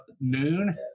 noon